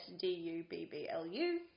D-U-B-B-L-U